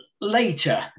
later